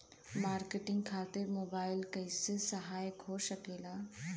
Marketing खातिर mobile कइसे सहायक हो सकेला?